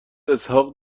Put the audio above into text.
اسحاق